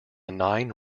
nine